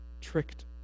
tricked